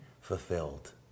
fulfilled